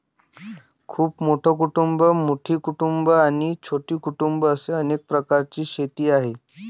खूप मोठी कुटुंबं, मोठी कुटुंबं आणि छोटी कुटुंबं असे अनेक प्रकारची शेती आहे